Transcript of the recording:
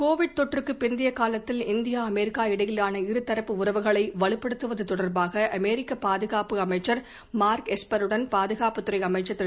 Covid தொற்றுக்குப் பிந்தைய காலத்தில் இந்தியா அமெரிக்கா இடையிலான இரு தரப்பு உறவுகளை வலுப்படுத்துவது தொடர்பாக அமெரிக்க பாதுகாப்பு அமைச்சர் மார்க் எஸ்பெர்ருடன் பாதுகாப்புத் துறை அமைச்சர் திரு